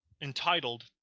entitled